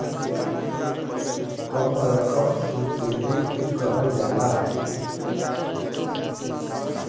कम रकम के क्रेडिट के कहल जाला